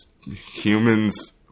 humans